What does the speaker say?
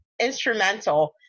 instrumental